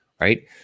Right